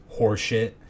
horseshit